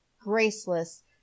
graceless